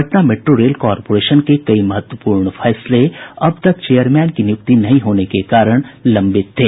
Patna metro rail corporation के कई महत्वपूर्ण फैसले अब तक चेयरमैन की नियुक्ति नहीं होने के कारण लंबित थे